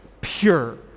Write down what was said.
pure